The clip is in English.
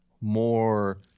more